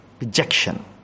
rejection